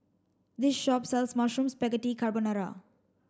this shop sells Mushroom Spaghetti Carbonara